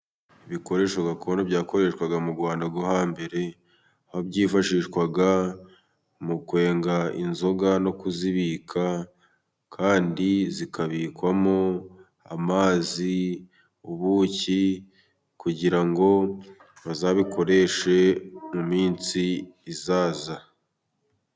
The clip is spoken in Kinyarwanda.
Ibikoresho gakondo byakoreshwaga mu Rwanda rwo hambere, aho byifashishwaga mu kwenga inzoga no kuzibika, kandi bikabikwamo amazi, ubuki, kugira ngo bazabikoreshe mu minsi izaza.